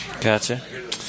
Gotcha